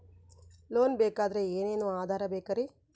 Loan ಬೇಕಾದ್ರೆ ಏನೇನು ಆಧಾರ ಬೇಕರಿ?